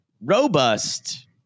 robust